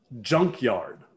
junkyard